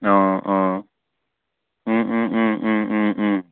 অঁ অঁ